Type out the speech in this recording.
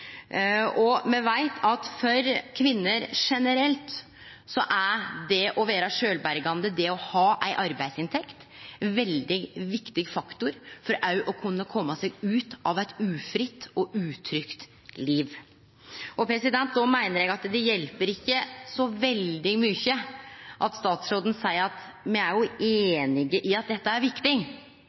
Me veit at for kvinner generelt er det å vere sjølvberga, det å ha ei arbeidsinntekt, ein veldig viktig faktor for å kunne kome seg ut av eit ufritt og utrygt liv. Eg meiner at då hjelper det ikkje så veldig mykje at statsråden seier at me er einige om at dette er viktig. Ja, me er einige om at dette er viktig,